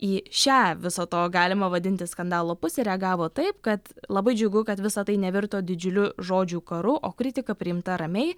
į šią viso to galima vadinti skandalo pusę reagavo taip kad labai džiugu kad visa tai nevirto didžiuliu žodžių karu o kritika priimta ramiai